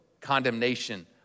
condemnation